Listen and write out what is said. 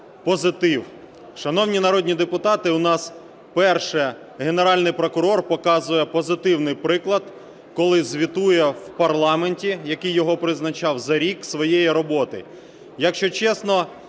позитив. Шановні народні депутати, у нас вперше Генеральний прокурор показує позитивний приклад, коли звітує в парламенті, який його призначав, за рік своєї роботи. Якщо чесно,